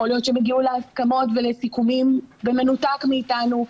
יכול להיות שהם יגיעו להסכמות ולסיכומים במנותק מאיתנו.